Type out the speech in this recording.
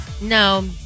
No